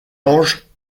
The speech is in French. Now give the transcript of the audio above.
anges